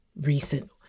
recent